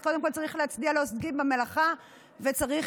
אז קודם כול צריך להצדיע לעוסקים במלאכה וצריך